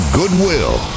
goodwill